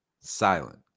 Silent